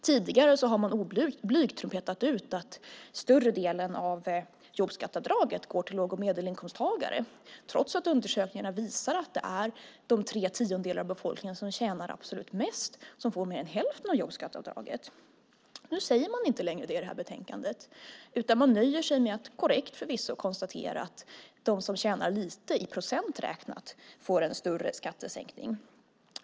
Tidigare har man oblygt trumpetat ut att större delen av jobbskatteavdraget går till låg och medelinkomsttagare, trots att undersökningar visar att det är de tre tiondelar av befolkningen som tjänar absolut mest som får mer än hälften av jobbskatteavdraget. I detta betänkande sägs inte längre så, utan man nöjer sig med att konstatera, korrekt förvisso, att den som tjänar lite får i procent räknat en större skattesänkning.